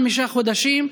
חמישה חודשים,